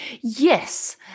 Yes